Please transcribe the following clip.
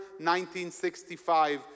1965